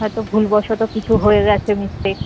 হয়তো ভুলবশত কিছু হয়ে গেছে মিসটেক